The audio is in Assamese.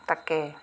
তাকে